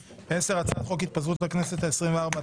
10. הצעת חוק התפזרות הכנסת העשרים וארבע,